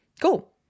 Cool